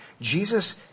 Jesus